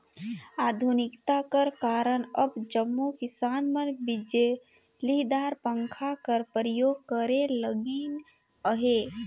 आधुनिकता कर कारन अब जम्मो किसान मन बिजलीदार पंखा कर परियोग करे लगिन अहे